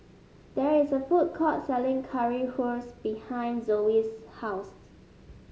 there is a food court selling Currywurst behind Zoey's house